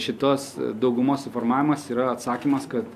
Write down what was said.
šitos daugumos suformavimas yra atsakymas kad